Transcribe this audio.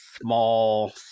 small